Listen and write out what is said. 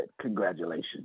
Congratulations